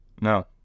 No